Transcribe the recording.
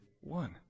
one